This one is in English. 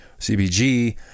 CBG